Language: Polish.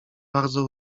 bardzo